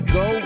go